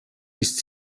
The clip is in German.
ist